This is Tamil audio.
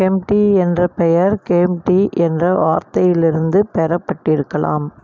கெம்ப்டி என்ற பெயர் கேம்ப் டீ என்ற வார்த்தையிலிருந்து பெறப்பட்டிருக்கலாம்